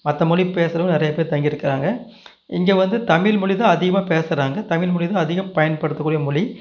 மற்ற மொழி பேசுகிறவுங்க நிறைய பேர் தங்கி இருக்கிறாங்க இங்கே வந்து தமிழ் மொழி தான் அதிகமாக பேசுகிறாங்க தமிழ் மொழி தான் அதிகம் பயன்படுத்த கூடிய மொழி